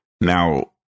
now